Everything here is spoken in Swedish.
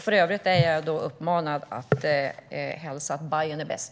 För övrigt är jag uppmanad att hälsa att Bajen är bäst.